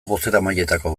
bozeramaileetako